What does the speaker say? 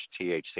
THC